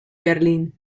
berlín